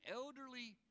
elderly